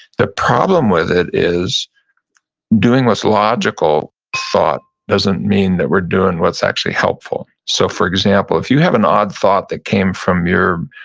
the problem with it is doing this logical thought doesn't mean that we're doing what's actually helpful. so for example, if you have an odd thought that came from your